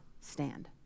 stand